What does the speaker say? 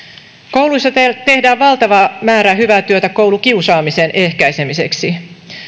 kouluissa tehdään valtava määrä hyvää työtä koulukiusaamisen ehkäisemiseksi